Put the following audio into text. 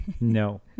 no